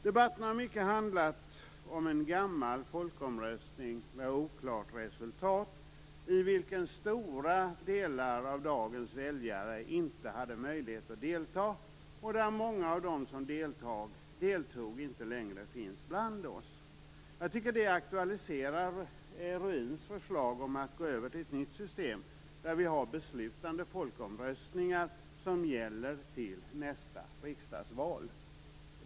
Debatten har mycket handlat om en gammal folkomröstning med oklart resultat i vilken stora delar av dagens väljare inte hade möjlighet att delta, och där många av dem som deltog inte längre finns bland oss. Jag tycker att det aktualiserar Olof Ruins förslag att gå över till ett nytt system där vi har beslutande folkomröstningar som gäller till nästa riksdagsval.